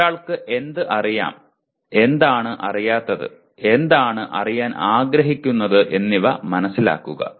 ഒരാൾക്ക് എന്തറിയാം എന്താണ് അറിയാത്തത് എന്താണ് അറിയാൻ ആഗ്രഹിക്കുന്നത് എന്നിവ മനസിലാക്കുക